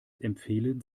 empfehlen